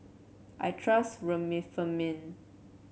I trust Remifemin